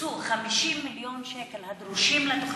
יוקצו 50 מיליון שקל הדרושים לתוכנית,